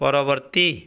ପରବର୍ତ୍ତୀ